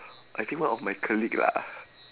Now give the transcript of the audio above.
I think one of my colleague lah